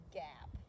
gap